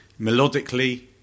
Melodically